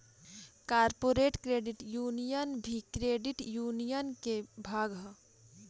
corporate credit union भी credit union के भाग ह